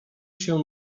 się